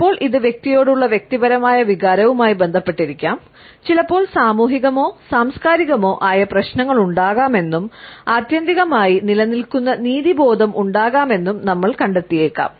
ചിലപ്പോൾ ഇത് ഒരു വ്യക്തിയോടുള്ള വ്യക്തിപരമായ വികാരവുമായി ബന്ധപ്പെട്ടിരിക്കാം ചിലപ്പോൾ സാമൂഹികമോ സാംസ്കാരികമോ ആയ പ്രശ്നങ്ങളുണ്ടാകാമെന്നും ആത്യന്തികമായി നിലനിൽക്കുന്ന നീതിബോധം ഉണ്ടാകാമെന്നും നമ്മൾ കണ്ടെത്തിയേക്കാം